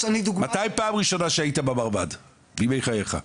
אני דוגמה --- מתי פעם ראשונה שהיית במרב"ד בימי חייך?